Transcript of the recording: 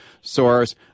source